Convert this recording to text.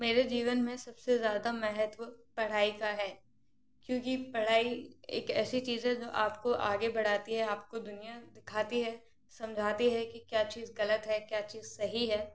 मेरे जीवन में सबसे ज़्यादा महत्व पढ़ाई का है क्योंकि पढ़ाई एक ऐसी चीज़ है जो आपको आगे बढ़ाती है आपको दुनिया दिखाती है समझाती है कि क्या चीज़ गलत है क्या चीज़ सही है